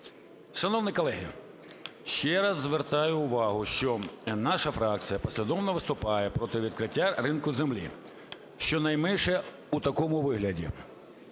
Шановні колеги, ще раз звертаю увагу, що наша фракція послідовно виступає проти відкриття ринку землі, щонайменше в такому вигляді.